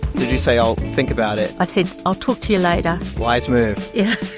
did you say, i'll think about it? i said, i'll talk to you later wise move yeah